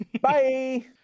Bye